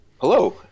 Hello